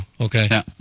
Okay